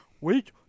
wait